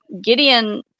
Gideon